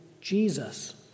Jesus